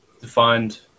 defined